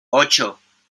ocho